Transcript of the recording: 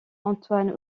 antoine